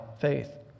faith